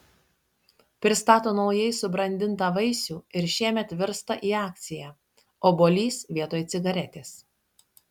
pristato naujai subrandintą vaisių ir šiemet virsta į akciją obuolys vietoj cigaretės